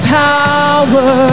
power